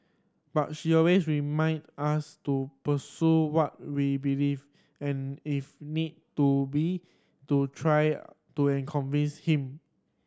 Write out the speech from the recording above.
but she always reminded us to pursue what we believed and if need to be to try to convince him